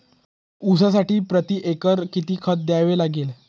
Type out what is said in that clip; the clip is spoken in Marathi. ऊसासाठी प्रतिएकर किती खत द्यावे लागेल?